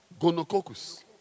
Gonococcus